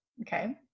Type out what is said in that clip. Okay